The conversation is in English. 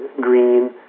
green